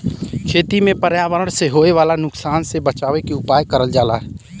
खेती में पर्यावरण से होए वाला नुकसान से बचावे के उपाय करल जाला